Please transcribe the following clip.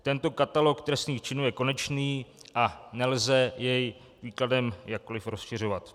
Tento katalog trestných činů je konečný a nelze jej výkladem jakkoli rozšiřovat.